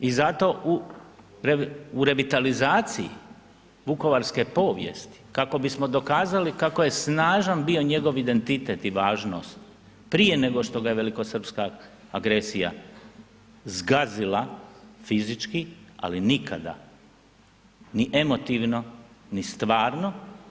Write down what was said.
I zato u revitalizaciji vukovarske povijesti kako bismo dokazali kako je snažan bio njegov identitet i važnost prije nego što ga je velikosrpska agresija zgazila fizički, ali nikada ni emotivno, ni stvarno.